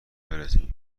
برسیم